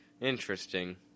Interesting